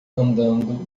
andando